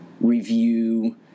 review